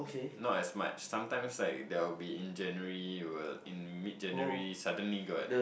not as much sometimes like there will be in January will in mid January suddenly got